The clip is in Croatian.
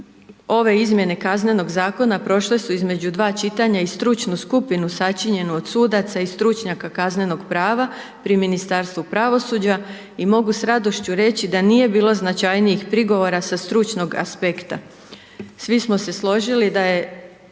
ove izmjene kaznenog Zakona, prošle su između dva čitanja i stručnu skupinu sačinjenu od sudaca i stručnjaka kaznenog prava pri Ministarstvu pravosuđa i mogu s radošću reći da nije bilo značajnijih prigovora sa stručnog aspekta. Svi smo se složili da je